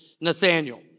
Nathaniel